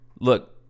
Look